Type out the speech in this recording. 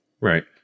Right